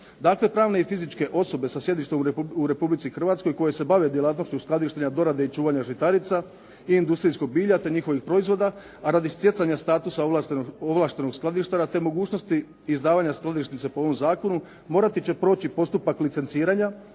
Dakle, pravne i fizičke osobe sa sjedištem u Republici Hrvatskoj koje se bave djelatnošću uskladištenja, dorade i čuvanja žitarica i industrijskog bilja te njihovih proizvoda, a radi stjecanja statusa ovlaštenog skladištara te mogućnosti izdavanja skladišnice po ovom zakonu morati će proći postupak licenciranja